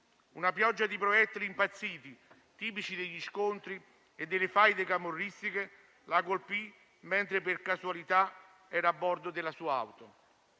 Una pioggia di proiettili impazziti, tipici degli scontri e delle faide camorristiche, la colpì mentre, per casualità, era a bordo della sua auto.